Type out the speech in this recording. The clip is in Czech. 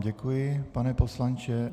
Děkuji vám, pane poslanče.